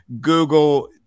Google